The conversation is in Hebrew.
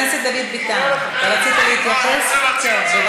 אספר לך.